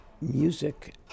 music